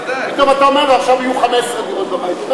פתאום אתה אומר לו: עכשיו יהיו 15 דירות בבית.